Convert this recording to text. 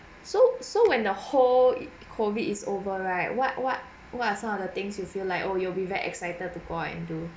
so so when the whole COVID is over right what what what are some of the things you feel like oh you will be very excited the go out and do